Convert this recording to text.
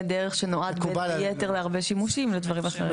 דרך שנועד יהיה היתר להרבה שימושים לדברים אחרים,